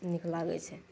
नीक लागै छै